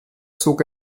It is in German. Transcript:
zog